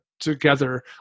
together